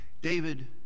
David